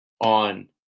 on